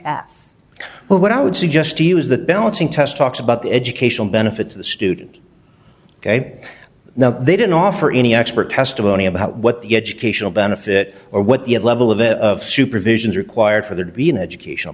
but what i would suggest to you is that balancing test talks about the educational benefits the student ok now they didn't offer any expert testimony about what the educational benefit or what the level of it of supervision is required for there to be an educational